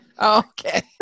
Okay